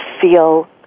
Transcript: feel